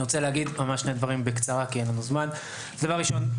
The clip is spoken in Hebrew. שני דברים: ראשית,